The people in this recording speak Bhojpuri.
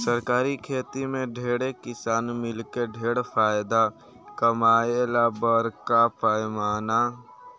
सरकारी खेती में ढेरे किसान मिलके ढेर फायदा कमाए ला बरका पैमाना